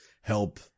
help